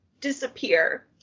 disappear